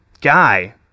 guy